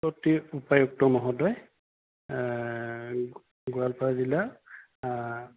প্ৰতি উপায়ুক্ত মহোদয় গোৱালপাৰা জিলা